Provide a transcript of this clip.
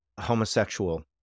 homosexual